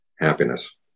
happiness